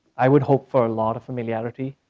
i would hope for a lot of familiarity